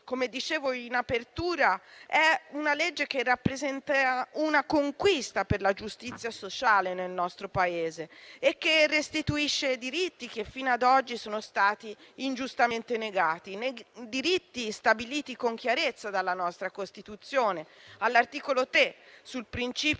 Come dicevo in apertura, è una legge che rappresenta una conquista per la giustizia sociale nel nostro Paese e che restituisce diritti che fino ad oggi sono stati ingiustamente negati. Diritti stabiliti con chiarezza dalla nostra Costituzione all'articolo 3, sul principio